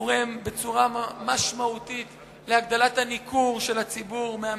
תורם בצורה משמעותית להגדלת הניכור של הציבור מהממשלה.